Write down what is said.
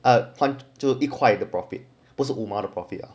a point to be 一块的 the profit 不是五毛 the profit